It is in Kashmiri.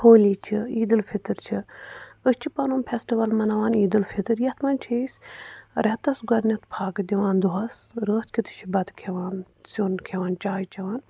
ہوٗلی چھِ عیدالفطر چھُ أسی چھِ پَنُن فیسٹِول مَناوان عیدالفظر یتھ منٛز چھُ أسی رٮ۪تس گۅڈنٮ۪تھ فاکہٕ دِوان دۅہس راتھ کٮُ۪ت چھِ بَتہٕ کھٮ۪وان سِیُن کھٮ۪وان چاے چٮ۪وان